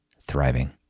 thriving